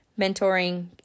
mentoring